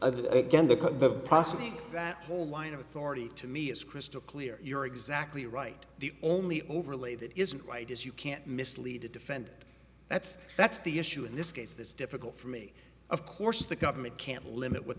again the possibility that whole line of authority to me is crystal clear you're exactly right the only overlay that isn't right is you can't mislead a defendant that's that's the issue in this case that's difficult for me of course the government can't limit what